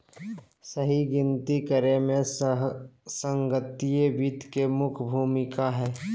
सही गिनती करे मे संगणकीय वित्त के मुख्य भूमिका हय